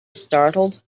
startled